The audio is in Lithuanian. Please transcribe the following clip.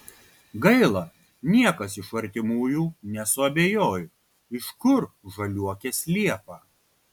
gaila niekas iš artimųjų nesuabejojo iš kur žaliuokės liepą